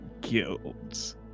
guilds